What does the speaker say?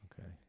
Okay